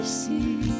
see